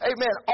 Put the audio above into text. Amen